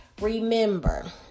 remember